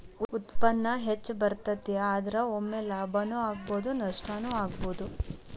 ಉತ್ಪನ್ನಾ ಹೆಚ್ಚ ಬರತತಿ, ಆದರ ಒಮ್ಮೆ ಲಾಭಾನು ಆಗ್ಬಹುದು ನಷ್ಟಾನು ಆಗ್ಬಹುದು